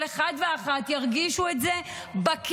כל אחד ואחת ירגישו את זה בכיס.